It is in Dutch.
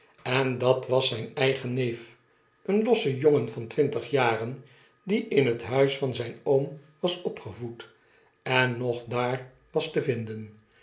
en dat was zijn eigen neef een losse jongen van twintig jaren die in het huis van zijn m was opgevoed en nog daar was te vinden